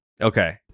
Okay